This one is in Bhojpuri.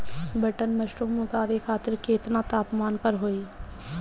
बटन मशरूम उगावे खातिर केतना तापमान पर होई?